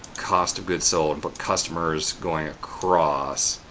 cost of goods sold, but customers going across.